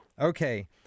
Okay